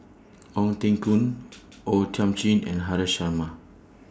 Ong Teng Koon O Thiam Chin and Haresh Sharma